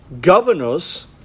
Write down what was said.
governors